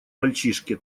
мальчишке